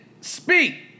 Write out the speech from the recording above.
Speak